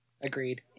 Agreed